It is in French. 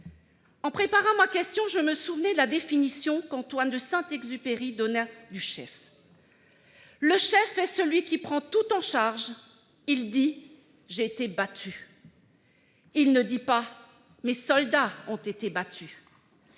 En préparant ma question, je me souvenais de la définition qu'Antoine de Saint-Exupéry donna du chef :« Le chef est celui qui prend tout en charge. Il dit :" J'ai été battu ". Il ne dit pas :" Mes soldats ont été battus "